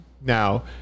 Now